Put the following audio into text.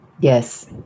Yes